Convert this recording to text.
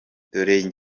dore